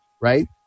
right